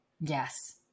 Yes